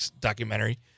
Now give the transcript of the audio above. documentary